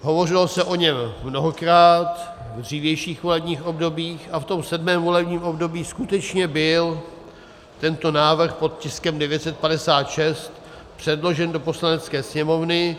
Hovořilo se o něm mnohokrát v dřívějších volebních obdobích a v tom sedmém volebním období skutečně byl tento návrh pod tiskem devět set padesát šest předložen do Poslanecké sněmovny.